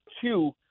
two